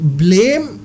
blame